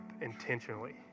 intentionally